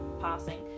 passing